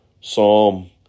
Psalm